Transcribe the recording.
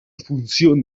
función